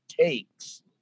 takes